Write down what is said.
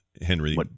henry